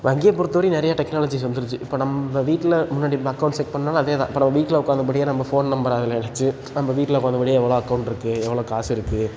வங்கியை பொறுத்த வரையும் நிறையா டெக்னாலஜிஸ் வந்துடுச்சு இப்போ நம்ம வீட்டில் முன்னாடி இந்த அக்கௌண்ட் செக் பண்ணுன்னால் அதே தான் இப்போ நம் வீட்டில் உக்காந்தபடியே நம்ம ஃபோன் நம்பரை அதில் வச்சு நம்ம வீட்டில் உக்காந்தபடியே எவ்வளோ அக்கௌண்டிருக்கு எவ்வளோ காசு இருக்குது